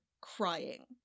crying